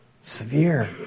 severe